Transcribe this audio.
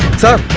sir,